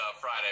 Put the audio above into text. Friday